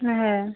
হ্যাঁ